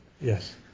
Yes